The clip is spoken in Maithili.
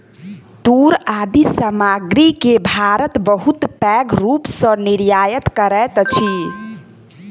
तूर आदि सामग्री के भारत बहुत पैघ रूप सॅ निर्यात करैत अछि